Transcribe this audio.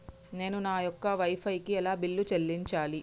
నేను నా యొక్క వై ఫై కి ఎలా బిల్లు చెల్లించాలి?